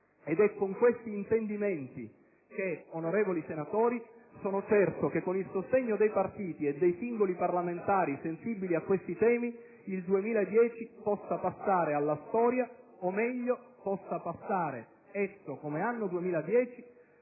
Ed è con questi intendimenti che, onorevoli senatori, sono certo che, con il sostegno dei partiti e dei singoli parlamentari sensibili a questi temi, il 2010 possa passare alla storia come l'anno della compiuta